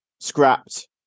scrapped